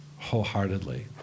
wholeheartedly